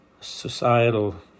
societal